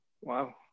Wow